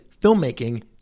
filmmaking